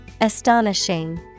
Astonishing